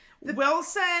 Wilson